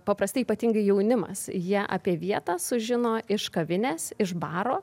paprastai ypatingai jaunimas jie apie vietą sužino iš kavinės iš baro